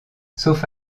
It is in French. sauf